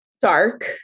dark